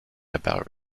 about